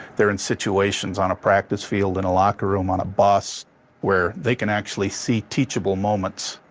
they're in situations on a practice field, in a locker room, on a bus where they can actually see teachable moments.